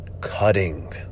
cutting